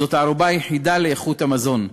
זאת הערובה היחידה לאיכות המזון.